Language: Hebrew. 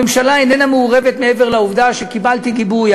הממשלה איננה מעורבת מעבר לעובדה שקיבלתי גיבוי,